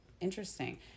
interesting